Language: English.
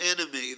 enemy